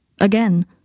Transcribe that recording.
Again